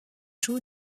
joue